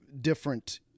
different